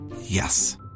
Yes